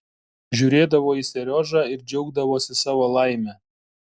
žiūrėdavo į seriožą ir džiaugdavosi savo laime